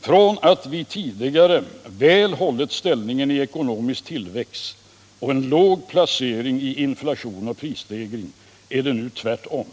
Från att vi tidigare väl hållit ställningen i ekonomisk tillväxt och en låg placering i inflation och prisstegring är det nu tvärtom.